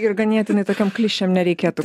ir ganėtinai tokiom klišėm nereikėtų